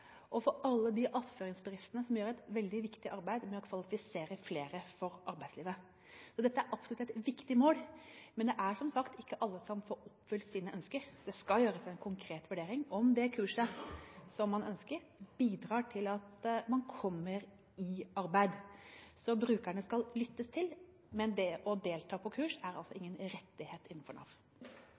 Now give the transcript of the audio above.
og for alle de attføringsbedriftene som gjør et veldig viktig arbeid med å kvalifisere flere for arbeidslivet. Dette er absolutt et viktig mål, men det er som sagt ikke alle som får oppfylt sine ønsker. Det skal gjøres en konkret vurdering av om det kurset som man ønsker, bidrar til at man kommer i arbeid. Så brukerne skal lyttes til, men det å delta på kurs er altså ingen rettighet innenfor Nav.